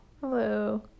hello